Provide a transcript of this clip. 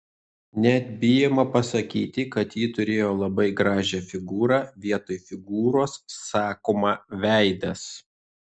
net bijoma pasakyti kad ji turėjo labai gražią figūrą vietoj figūros sakoma veidas